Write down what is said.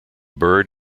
bird